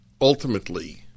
ultimately